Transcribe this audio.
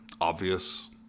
obvious